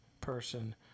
person